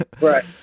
Right